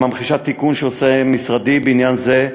הממחישה תיקון שעושה משרדי בעניין זה,